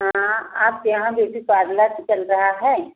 हाँ आपके यहाँ ब्यूटी पार्लर चल रहा है